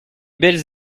belles